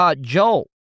Joel